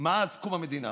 מאז קום המדינה.